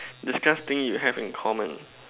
discuss thing you have in common